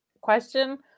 question